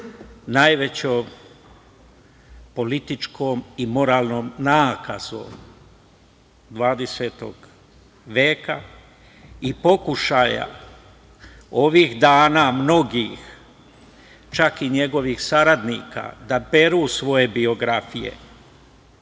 najvećoj političkoj i moralnoj nakazi HH veka i pokušaja ovih dana mnogih, čak i njegovih saradnika, da peru svoje biografije,